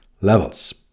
levels